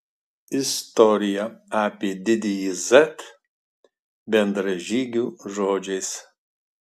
istorija apie didįjį z bendražygių žodžiais